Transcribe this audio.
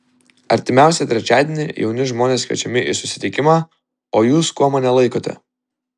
artimiausią trečiadienį jauni žmonės kviečiami į susitikimą o jūs kuo mane laikote